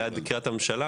ליד קריית הממשלה,